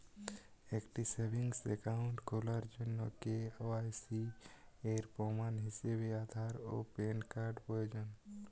একটি savings account খোলার জন্য কে.ওয়াই.সি এর প্রমাণ হিসাবে আধার ও প্যান কার্ড প্রয়োজন